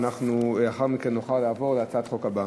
ולאחר מכן נוכל לעבור להצעת החוק הבאה.